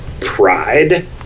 pride